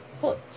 foot